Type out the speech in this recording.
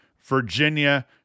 Virginia